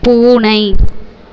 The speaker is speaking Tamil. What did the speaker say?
பூனை